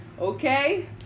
okay